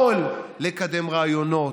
הוא יכול לקדם רעיונות,